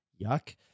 Yuck